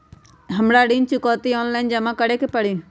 हमरा ऋण चुकौती ऑनलाइन जमा करे के परी?